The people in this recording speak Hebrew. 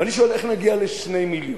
ואני שואל, איך נגיע ל-2 מיליון,